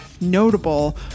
notable